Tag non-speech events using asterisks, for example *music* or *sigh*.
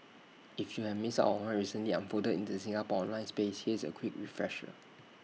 *noise* if you have missed out on what recently unfolded in the Singapore online space here's A quick refresher